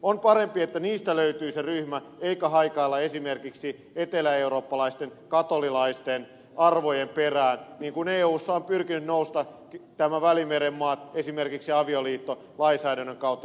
on parempi että niistä löytyy se ryhmä eikä haikailla esimerkiksi eteläeurooppalaisten katolilaisten arvojen perään niin kuin eussa ovat pyrkineet nämä välimeren maat tuomaan katolilaisia arvoja esimerkiksi avioliittolainsäädännön kautta